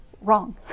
wrong